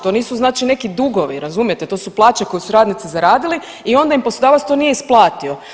To nisu znači neki dugovi razumijete to su plaće koje su radnici zaradili i onda im poslodavac to nije isplatio.